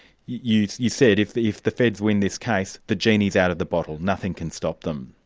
you you said, if the if the feds win this case the genie's out of the bottle, nothing can stop them.